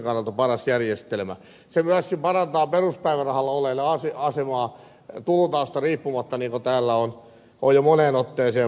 se myöskin parantaa peruspäivärahalla olevien asemaa tulotasosta riippumatta niin kuin täällä on jo moneen otteeseen puhuttu